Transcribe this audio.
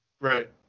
Right